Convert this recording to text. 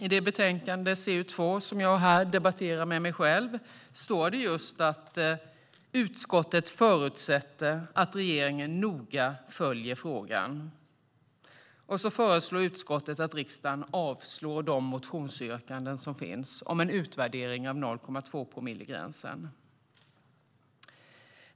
I det betänkande som vi nu behandlar, CU2, står det just att utskottet förutsätter att regeringen noga följer frågan. Sedan föreslår utskottet att riksdagen avslår de motionsyrkanden som finns om en utvärdering av 0,2-promillegränsen.